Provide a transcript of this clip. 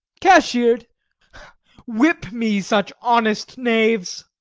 cashier'd whip me such honest knaves.